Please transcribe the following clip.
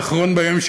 עד אחרון בהם,